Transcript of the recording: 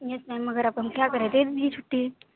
یس ma'am مگر اب ہم کیا کریں دے چُھٹی